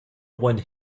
one